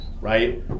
right